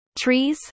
Trees